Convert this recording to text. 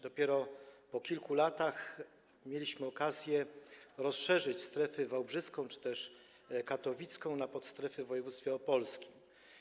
Dopiero po kilku latach mieliśmy okazję rozszerzyć strefy wałbrzyską czy też katowicką na podstrefy w województwie opolskim.